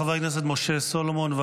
חבר הכנסת משה סולומון.